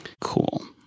Cool